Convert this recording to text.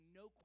no